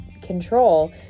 control